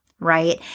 right